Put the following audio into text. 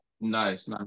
Nice